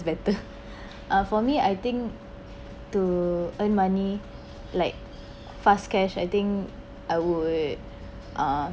better uh for me I think to earn money like fast cash I think I would uh